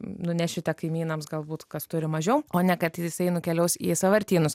nunešite kaimynams galbūt kas turi mažiau o ne kad jisai nukeliaus į sąvartynus